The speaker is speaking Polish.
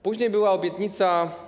Później była obietnica.